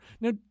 Now